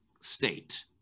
state